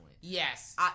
Yes